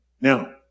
Now